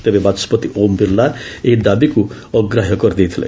ତେବେ ବାଚସ୍କତି ଓମ୍ ବିର୍ଲା ଏହି ଦାବିକୁ ଅଗ୍ରାହ୍ୟ କରିଦେଇଥିଲେ